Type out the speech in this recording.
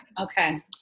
okay